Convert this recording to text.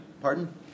Pardon